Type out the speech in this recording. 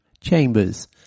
Chambers